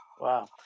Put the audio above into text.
Wow